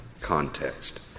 context